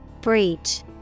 Breach